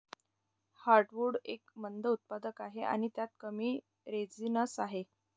heartwood एक मंद उत्पादक आहे आणि त्यात कमी रेझिनस आहे